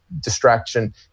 distraction